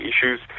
issues